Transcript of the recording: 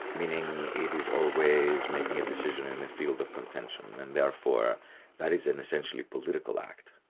meaning it is always making a decision in a field of contention, and therefore that is an essentially political act.